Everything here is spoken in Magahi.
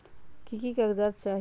की की कागज़ात चाही?